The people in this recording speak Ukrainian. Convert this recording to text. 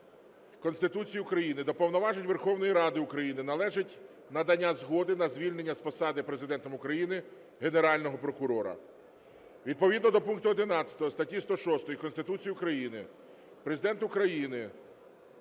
Конституції України до повноважень Верховної Ради України належить надання згоди на звільнення з посади Президентом України Генерального прокурора. Відповідно до пункту 11 статті 106 Конституції України Президент України